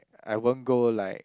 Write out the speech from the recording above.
I won't go like